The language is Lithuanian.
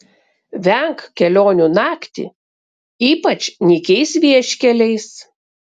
venk kelionių naktį ypač nykiais vieškeliais